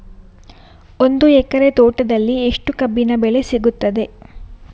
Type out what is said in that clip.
ಒಂದು ಎಕರೆ ತೋಟದಲ್ಲಿ ಎಷ್ಟು ಕಬ್ಬಿನ ಬೆಳೆ ಸಿಗುತ್ತದೆ?